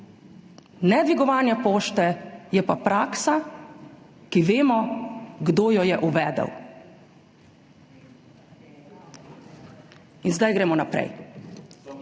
Nedvigovanja pošte, je pa praksa, ki vemo, kdo jo je uvedel. In zdaj gremo naprej.